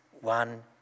one